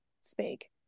speak